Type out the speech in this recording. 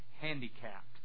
handicapped